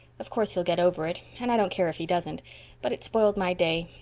of course he'll get over it and i don't care if he doesn't but it spoiled my day.